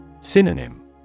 Synonym